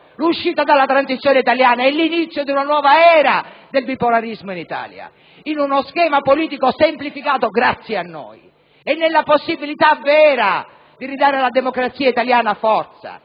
l'uscita dalla transizione italiana e l'inizio di una nuova era del bipolarismo in Italia, in uno schema politico semplificato grazie a noi e nella possibilità vera di ridare forza alla democrazia italiana.